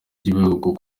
ry’igihugu